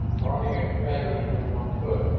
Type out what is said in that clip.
prodding at travis with one foot,